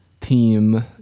team